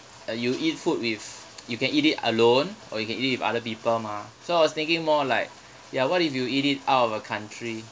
uh you eat food with you can eat it alone or you can eat it with other people mah so I was thinking more like ya what if you eat it out of a country